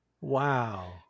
Wow